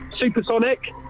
Supersonic